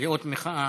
לאות מחאה.